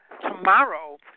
tomorrow